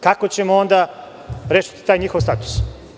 Kako ćemo onda rešiti taj njihov status?